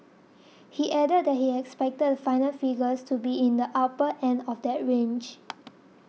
he added that he expected the final figures to be in the upper end of that range